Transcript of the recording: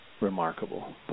remarkable